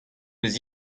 eus